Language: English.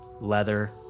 leather